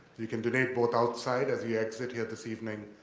you can donate both outside, as you exit here this evening,